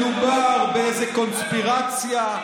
מדובר באיזו קונספירציה.